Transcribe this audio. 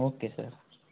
okay sir